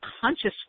conscious